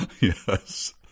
Yes